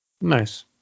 Nice